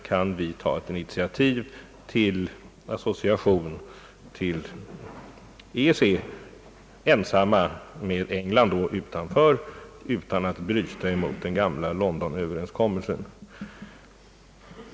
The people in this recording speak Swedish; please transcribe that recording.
Kan vi ta ett initiativ till association med EEC ensamma med England utanför, utan att bryta mot Londonöverenskommelsen?